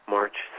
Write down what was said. March